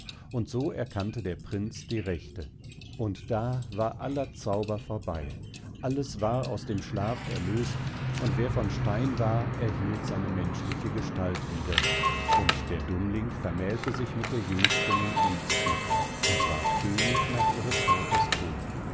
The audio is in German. und so erkannte der prinz die rechte und da war aller zauber vorbei alles war aus dem schlaf erlöst und wer von stein war erhielt seine menschliche gestalt wieder und der dummling vermählte sich mit der jüngsten und liebsten und ward könig nach ihres vaters tod